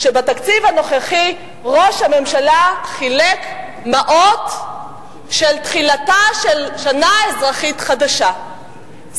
בתקציב הנוכחי ראש הממשלה חילק מעות לתחילתה של שנה אזרחית חדשה,